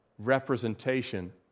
Representation